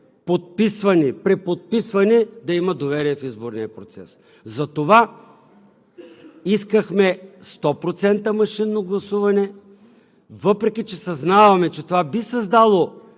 преподписвани да има доверие в изборния процес. Затова искахме 100% машинно гласуване, въпреки че съзнаваме, че това би създало